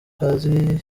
kazi